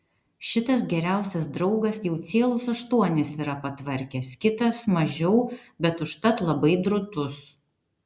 šitas geriausias draugas jau cielus aštuonis yra patvarkęs kitas mažiau bet užtat labai drūtus